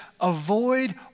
avoid